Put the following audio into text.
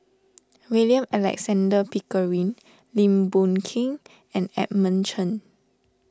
William Alexander Pickering Lim Boon Keng and Edmund Chen